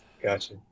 Gotcha